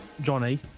Johnny